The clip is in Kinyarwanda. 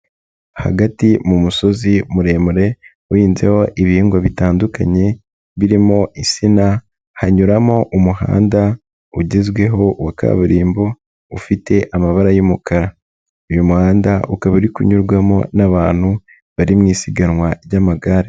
Hagati mu musozi muremure uhinzeho ibihingwa bitandukanye birimo insina, hanyuramo umuhanda ugezweho wa kaburimbo ufite amabara y'umukara, uyu muhanda ukaba uri kunyurwamo n'abantu bari mu isiganwa ry'amagare.